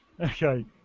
Okay